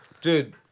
Dude